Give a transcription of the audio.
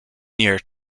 near